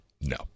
No